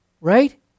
Right